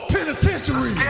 Penitentiary